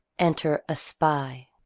enter a spy.